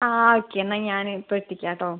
ആ ഓക്കെ എന്നാൽ ഞാൻ ഇപ്പോൾ എത്തിക്കാട്ടോ